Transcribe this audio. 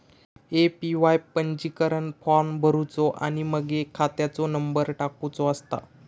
APY पंजीकरण form भरुचो आणि मगे खात्याचो नंबर टाकुचो असता